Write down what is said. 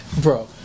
Bro